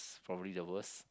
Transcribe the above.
probably the worst